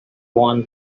want